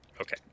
Okay